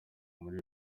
muri